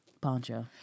Poncho